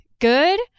good